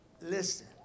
listen